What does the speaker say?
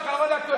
ביום האחרון?